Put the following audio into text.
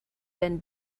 been